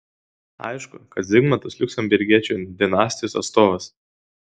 aišku kad zigmantas liuksemburgiečių dinastijos atstovas